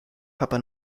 papua